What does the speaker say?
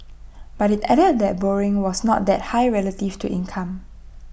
but IT added that borrowing was not that high relative to income